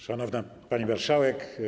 Szanowna Pani Marszałek!